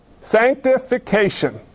Sanctification